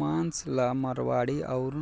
मांस ला मारवाड़ी अउर